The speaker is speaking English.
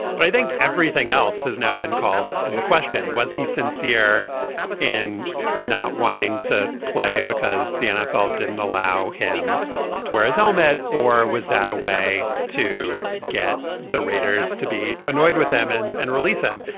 but i think everything else has now been called into question was he sincere in not wanting to play because the nfl didn't allow him to wear his helmet or was that a way to get the raiders to be annoyed with him and and release him.